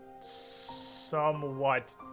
somewhat